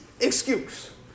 excuse